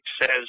says